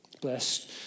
Bless